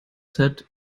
set